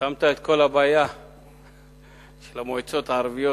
שמת את כל הבעיה של המועצות הערביות,